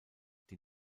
die